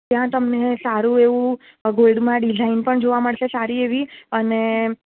ત્યાં તમને સારું એવું ગોલ્ડમાં ડિઝાઈન પણ જોવા મળશે સારી એવી અને